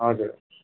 हजुर